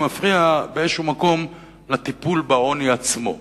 מפריע באיזה מקום לטיפול בעוני עצמו.